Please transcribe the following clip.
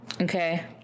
Okay